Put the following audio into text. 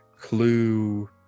clue